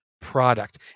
product